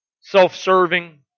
self-serving